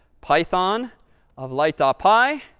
python of light ah py.